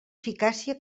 eficàcia